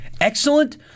Excellent